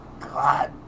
God